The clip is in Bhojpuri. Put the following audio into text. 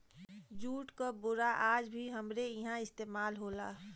जूट क बोरा आज भी हमरे इहां इस्तेमाल होला